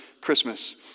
Christmas